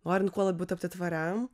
norint kuo labiau tapti tvariam